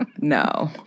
No